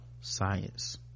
science